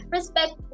Respect